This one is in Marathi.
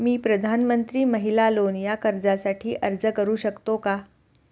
मी प्रधानमंत्री महिला लोन या कर्जासाठी अर्ज करू शकतो का?